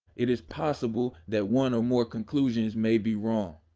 it is possible that one or more conclusions may be wrong.